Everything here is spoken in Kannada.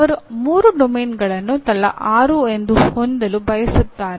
ಅವರು ಮೂರು ಕಾರ್ಯಕ್ಷೇತ್ರಗಳನ್ನು ತಲಾ ಆರು ಎಂದು ಹೊಂದಲು ಬಯಸುತ್ತಾರೆ